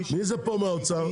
מי פה מהאוצר?